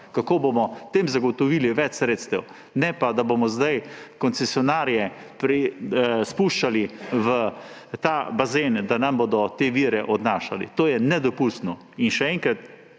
pomagajo – zagotovili več sredstev. Ne pa da bomo zdaj koncesionarje spuščali v ta bazen, da nam bodo te vire odnašali. To je nedopustno. In še enkrat,